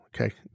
okay